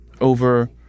over